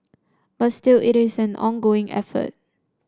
but still it is an ongoing effort